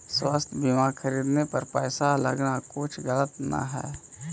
स्वास्थ्य बीमा खरीदने पर पैसा लगाना कुछ गलत न हई